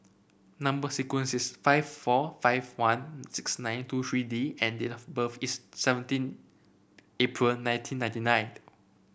number sequence is five four five one six nine two three D and date of birth is seventeen April nineteen ninety nine